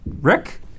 Rick